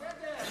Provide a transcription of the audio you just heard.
בסדר,